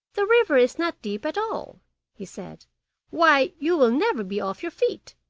the river is not deep at all he said why, you will never be off your feet.